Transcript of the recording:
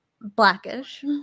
Blackish